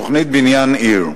תוכנית בניין עיר.